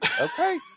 okay